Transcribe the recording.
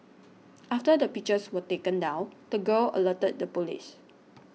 after the pictures were taken down the girl alerted the police